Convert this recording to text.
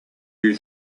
you